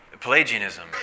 Pelagianism